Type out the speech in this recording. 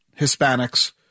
Hispanics